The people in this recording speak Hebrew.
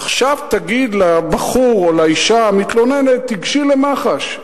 עכשיו תגיד לבחור או לאשה המתלוננת: תיגשי למח"ש.